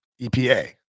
EPA